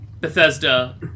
Bethesda